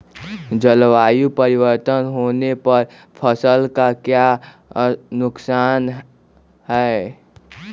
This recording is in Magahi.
जलवायु परिवर्तन होने पर फसल का क्या नुकसान है?